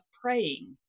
praying